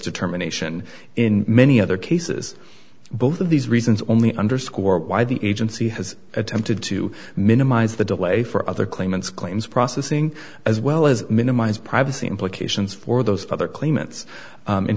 determination in many other cases both of these reasons only underscore why the agency has attempted to minimize the delay for other claimants claims processing as well as minimize privacy implications for those other claimants